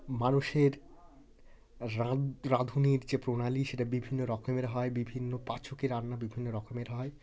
মানুষের রান রাঁধুনীর যে প্রণালী সেটা বিভিন্ন রকমের হয় বিভিন্ন পাচকের রান্না বিভিন্ন রকমের হয়